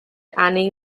annie